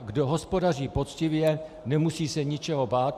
Kdo hospodaří poctivě, nemusí se ničeho bát.